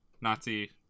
Nazi